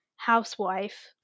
Housewife